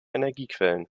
energiequellen